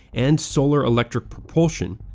and solar electric propulsion,